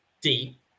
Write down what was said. deep